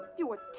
you are